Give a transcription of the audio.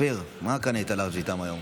אין נמנעים.